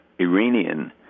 Iranian